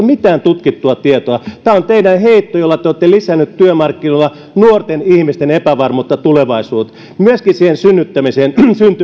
mitään tutkittua tietoa tämä on teidän heittonne jolla te olette lisänneet työmarkkinoilla nuorten ihmisten epävarmuutta tulevaisuudesta myöskin siihen